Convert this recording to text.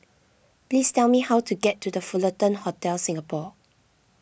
please tell me how to get to the Fullerton Hotel Singapore